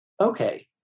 okay